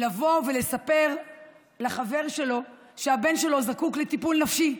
לבוא ולספר לחבר שלו שהבן שלו זקוק לטיפול נפשי,